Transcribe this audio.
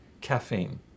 caffeine